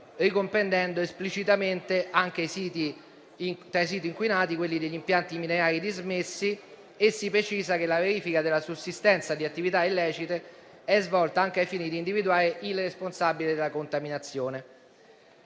ricomprendendo esplicitamente, tra i siti inquinati, anche gli impianti minerari dismessi, e si precisa che la verifica della sussistenza di attività illecite è svolta anche ai fini di individuare il responsabile della contaminazione.